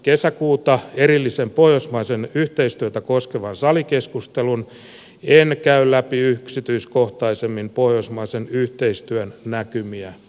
kesäkuuta erillisen pohjoismaista yhteistyötä koskevan salikeskustelun en käy läpi yksityiskohtaisemmin pohjoismaisen yhteistyön näkymiä nyt